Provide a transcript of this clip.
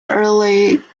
early